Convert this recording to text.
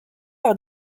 par